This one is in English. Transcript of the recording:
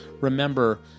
Remember